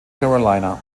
carolina